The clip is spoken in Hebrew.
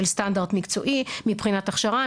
של סטנדרט מקצועי מבחינת הכשרה,